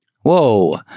Whoa